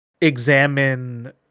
examine